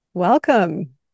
Welcome